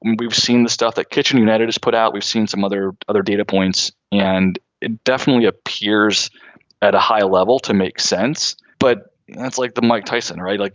and we've seen the stuff that kitchen united has put out. we've seen some other other data points. and it definitely appears at a high level to make sense. but that's like the mike tyson, right? like